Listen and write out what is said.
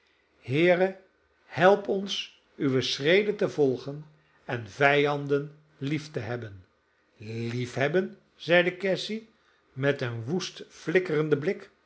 heere help ons uwe schreden te volgen en vijanden lief te hebben liefhebben zeide cassy met een woest flikkerenden blik